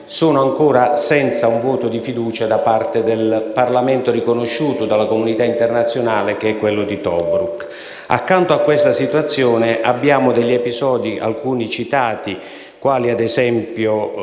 sono ancora senza un voto di fiducia da parte del Parlamento riconosciuto dalla comunità internazionale, che è quello di Tobruk. Accanto a questa situazione vi sono degli episodi, alcuni dei quali citati.